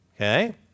Okay